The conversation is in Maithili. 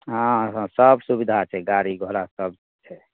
हँ हँ सब सुबिधा छै गाड़ी घोड़ा सब छै